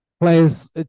Players